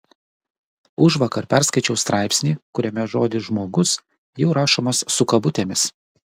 užvakar perskaičiau straipsnį kuriame žodis žmogus jau rašomas su kabutėmis